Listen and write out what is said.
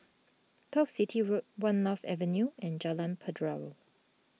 Turf City Road one North Avenue and Jalan Pelajau